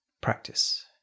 practice